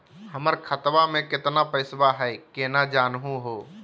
हमर खतवा मे केतना पैसवा हई, केना जानहु हो?